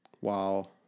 Wow